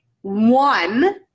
one